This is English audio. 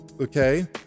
okay